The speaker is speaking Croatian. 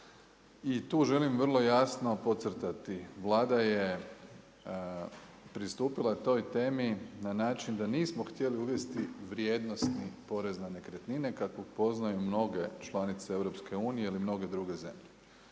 I tu želim vrlo jasno podcrtati, Vlada je pristupila toj temi na način da nismo htjeli uvesti vrijednosti porez na nekretnine, kako poznajem mnoge članice EU, ili mnoge druge zemlje.